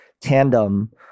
tandem